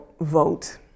vote